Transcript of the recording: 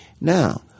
Now